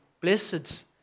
Blessed